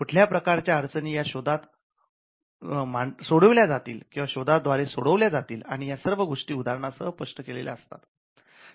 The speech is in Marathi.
कुठल्या प्रकारच्या अडचणी या शोधात द्वारे सोडवल्या जातील आणि या सर्व गोष्टी उदाहरणासह स्पष्ट केलेल्या असतात